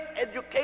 education